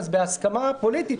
אז בהסכמה פוליטית,